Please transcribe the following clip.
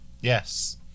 Yes